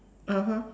(uh huh)